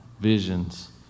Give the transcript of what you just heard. visions